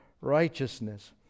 righteousness